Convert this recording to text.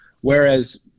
whereas –